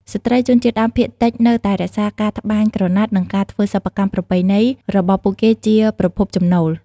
ស្ត្រីជនជាតិដើមភាគតិចនៅតែរក្សាការ ត្បាញក្រណាត់ និងការធ្វើសិប្បកម្មប្រពៃណីរបស់ពួកគេជាប្រភពចំណូល។